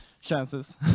chances